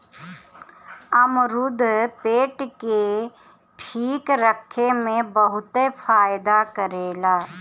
अमरुद पेट के ठीक रखे में बहुते फायदा करेला